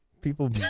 people